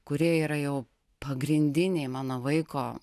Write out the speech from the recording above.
kurie yra jau pagrindiniai mano vaiko